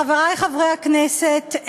חברי חברי הכנסת,